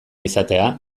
izatea